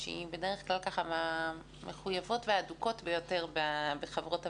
שהיא בדרך כלל מהמחויבות וההדוקות ביותר בחברות הוועדה,